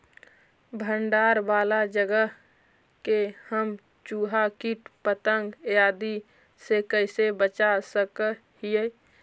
भंडार वाला जगह के हम चुहा, किट पतंग, आदि से कैसे बचा सक हिय?